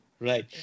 Right